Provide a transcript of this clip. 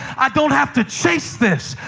i don't have to chase this.